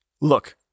look